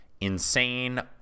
insane